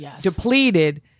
depleted